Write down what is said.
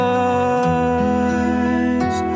eyes